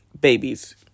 babies